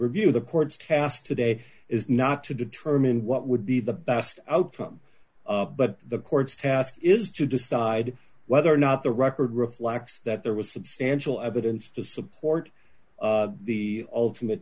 review the court's task today is not to determine what would be the best outcome of but the court's task is to decide whether or not the record reflects that there was substantial evidence to support the ultimate